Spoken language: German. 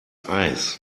eis